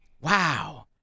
Wow